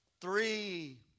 Three